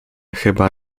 chyba